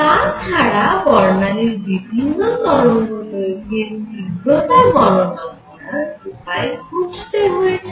তা ছাড়া বর্ণালীর বিভিন্ন তরঙ্গদৈর্ঘ্যের তীব্রতা গণনা করার উপায় খুঁজতে হয়েছিল